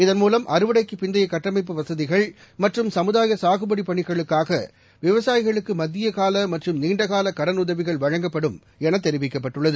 இதன்மூலம் அறுவடைக்குப் பிந்தைய கட்டமைப்பு வசதிகள் மற்றும் சமுதாய சாகுபடி பணிகளுக்காக விவசாயிகளுக்கு மத்திய கால மற்றும் நீண்டகால கடலுதவிகள் வழங்கப்படும் என தெரிவிக்கப்பட்டுள்ளது